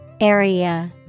Area